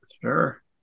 Sure